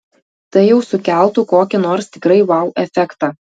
tai jau sukeltų kokį nors tikrai vau efektą